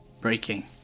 breaking